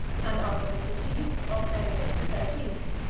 and after his decease, of benedict the thirteenth.